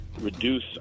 reduce